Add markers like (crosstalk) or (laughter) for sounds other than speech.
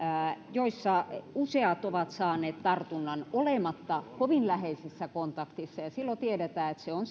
joissa useat ovat saaneet tartunnan olematta kovin läheisessä kontaktissa ja silloin tiedetään että sen on (unintelligible)